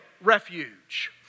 refuge